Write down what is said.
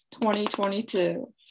2022